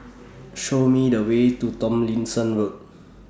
Show Me The Way to Tomlinson Road